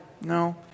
no